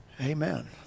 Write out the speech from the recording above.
Amen